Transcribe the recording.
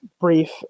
brief